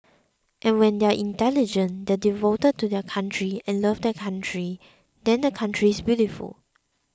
and when they are intelligent they are devoted to their country and love their country then the country is beautiful